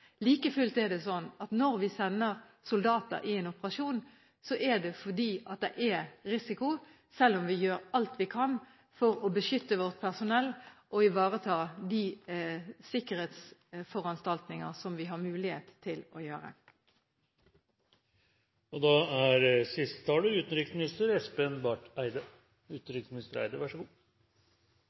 Like fullt er det sånn at når vi sender soldater i en operasjon, er det fordi det er risiko – selv om vi gjør alt vi har mulighet til å gjøre for å beskytte vårt personell og ivareta sikkerhetsforanstaltninger. La også meg uttrykke stor tilfredshet med at vi har hatt en både god og grundig debatt, og at det er